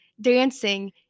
dancing